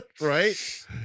Right